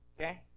Okay